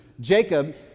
Jacob